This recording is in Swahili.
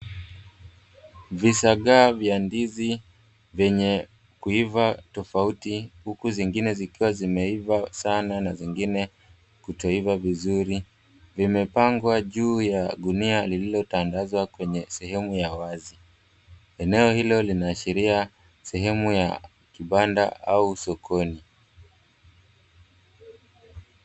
Visagaa vya ndizi venye kuiva tofauti, huku zingine zikiwa zimeiva sana na zingine kutoiva vizuri, vimepangwa juu ya gunia lililotandazwa kwenye sehemu ya wazi. Eneo hilo linaashiria sehemu ya kibanda au sokoni.